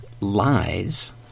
lies